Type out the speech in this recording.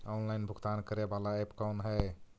Online भुगतान करे बाला ऐप कौन है?